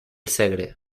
segre